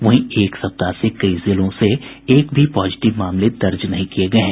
वहीं एक सप्ताह से कई जिलों से एक भी पॉजिटिव मामले दर्ज नहीं किये गये हैं